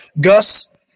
Gus